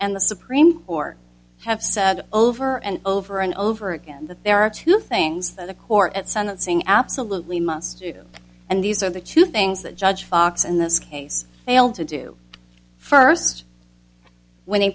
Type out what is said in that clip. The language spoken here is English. and the supreme court have said over and over and over again that there are two things that the court at sentencing absolutely must do and these are the two things that judge fox in this case failed to do first when